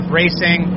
racing